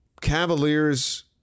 Cavaliers